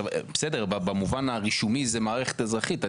בסדר, במובן הרישומי זה מערכת אזרחית.